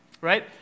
right